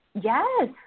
Yes